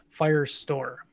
Firestore